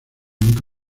nunca